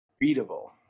readable